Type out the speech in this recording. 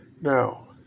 Now